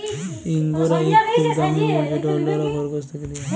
ইঙ্গরা ইক খুব দামি উল যেট অল্যরা খরগোশ থ্যাকে লিয়া হ্যয়